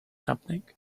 something